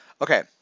Okay